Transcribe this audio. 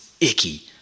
icky